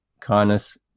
kindness